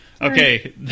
Okay